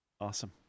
Awesome